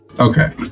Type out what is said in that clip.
Okay